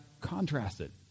contrasted